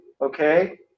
okay